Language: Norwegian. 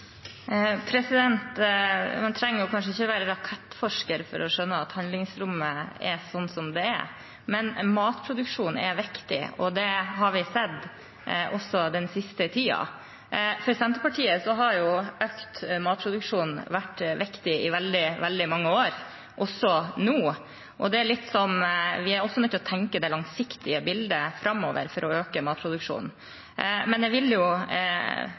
Man trenger kanskje ikke å være rakettforsker for å skjønne at handlingsrommet er som det er, men matproduksjon er viktig, og det har vi sett også den siste tiden. For Senterpartiet har økt matproduksjon vært viktig i veldig, veldig mange år, også nå, og vi er også nødt til å tenke på det langsiktige bildet framover for å øke matproduksjonen. Jeg vil